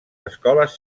escoles